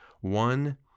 one